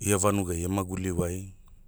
ia vanugai maguli wai.